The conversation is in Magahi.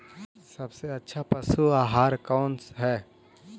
सबसे अच्छा पशु आहार कौन है?